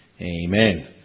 Amen